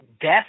death